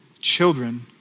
children